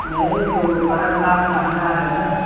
नहीं यो कड़कनाथ महँगा है ना